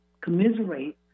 commiserate